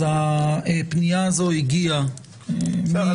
אז הפנייה הזו הגיעה --- בסדר,